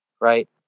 Right